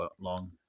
long